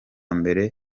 mbere